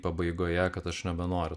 pabaigoje kad aš nebenoriu